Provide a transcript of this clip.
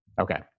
Okay